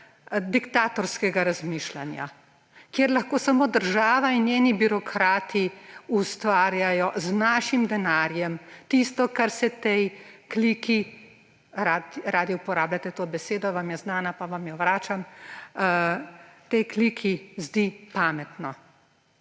diktatorskega razmišljanja, kjer lahko samo država in njeni birokrati ustvarjajo z našim denarjem tisto, kar se tej kliki – radi uporabljate to besedo, vam je znana, pa vam jo vračam – zdi pametno.